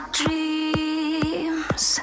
dreams